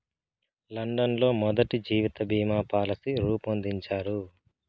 London లో మొదటి జీవిత బీమా పాలసీ రూపొందించారు